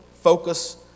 focus